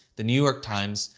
the new york times,